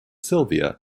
sylvia